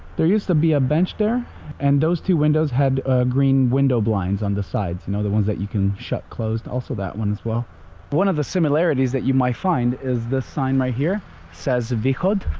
there used to be a bench there and those two windows had green window blinds on the sides you know the ones that you can shut closed also that one as well one of the similarities that you might find is the sign right here that says vychod